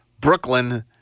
Brooklyn